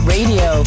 Radio